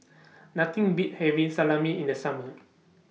Nothing Beats having Salami in The Summer